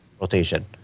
rotation